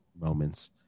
moments